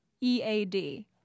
E-A-D